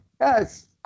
yes